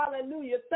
Hallelujah